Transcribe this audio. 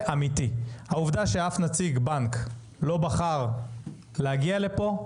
העובדה שאף נציג בנק לא בחר להגיע לפה,